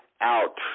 out